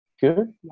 good